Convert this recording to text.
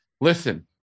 listen